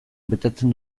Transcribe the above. betetzen